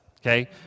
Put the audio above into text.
okay